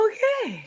Okay